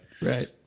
Right